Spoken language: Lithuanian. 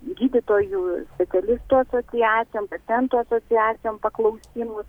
gydytojų specialistų asociacijom pacientų asociacijom paklausimus